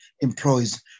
employs